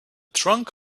trunk